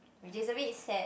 which is a bit sad